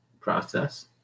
process